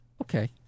Okay